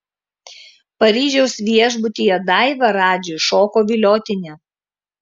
paryžiaus viešbutyje daiva radžiui šoko viliotinį